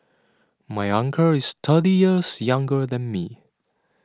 my uncle is thirty years younger than me